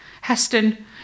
Heston